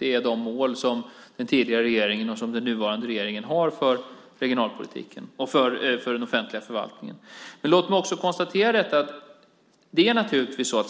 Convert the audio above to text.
Det är de mål som den tidigare regeringen och den nuvarande regeringen har för den offentliga förvaltningen. Men låt mig också konstatera att